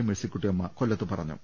മേഴ്സിക്കുട്ടിയമ്മ കൊല്ലത്ത് പറഞ്ഞു